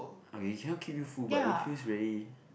okay it cannot keep you full but it feels very